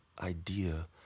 idea